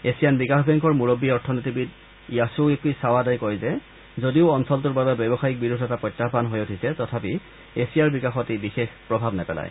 Asian বিকাশ বেংকৰ মূৰববী অৰ্থনীতিবিদ য়াছুয়ুকি চাৱাদাই কয় যে যদিও অঞ্চলটোৰ বাবে ব্যৱসায়িক বিৰোধ এটা প্ৰত্যাহ্মান হৈ উঠিছে তথাপি এছিয়াৰ বিকাশত ই বিশেষ প্ৰভাৱ নেপেলায়